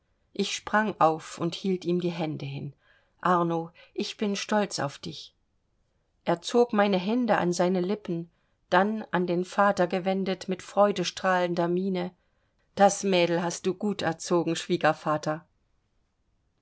ich sprang auf und hielt ihm beide hände hin arno ich bin stolz auf dich er zog meine hände an seine lippen dann an den vater gewendet mit freudestrahlender miene das mädel hast du gut erzogen schwiegervater